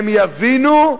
הם יבינו,